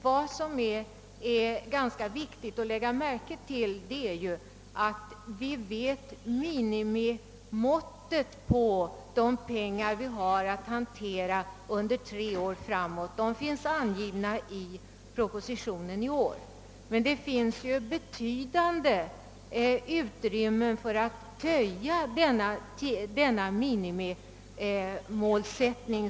Vad som är ganska viktigt att lägga märke till är att vi känner minimimåttet på de summor vi har att hantera under tre år framåt; det finns angivet i årets proposition. Det finns emellertid betydande utrymme för att höja denna minimimålsättning.